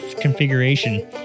configuration